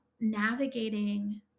navigating